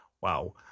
Wow